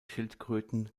schildkröten